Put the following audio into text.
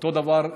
אותו דבר,